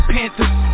Panthers